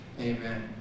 Amen